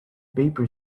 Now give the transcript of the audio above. paper